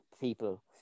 people